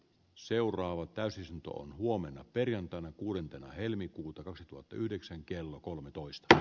seuraava täysistuntoon huomenna perjantaina kuudentena helmikuuta kaksituhattayhdeksän kello kolmetoista